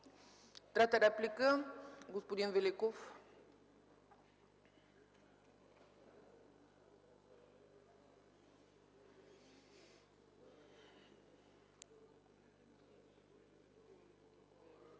Трета реплика – господин Великов.